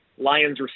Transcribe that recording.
Lions